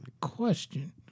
question